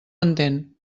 entén